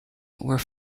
were